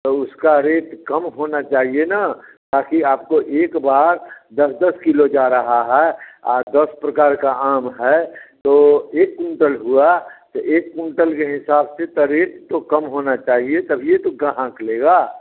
तो उसका रेट कम होना चाहिए ना ताकि आपको एक बार दस दस किलो जा रहा है और दस प्रकार का आम है तो एक कुंटल हुआ तो एक कुंटल के हिसाब से रेट तो कम होना चाहिए तभी तो ग्राहक लेगा